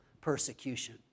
persecution